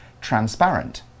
transparent